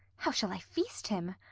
how shall i feast him?